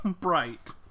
bright